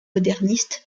modernistes